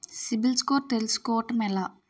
CIBIL score తెల్సుకోటం ఎలా?